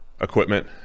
equipment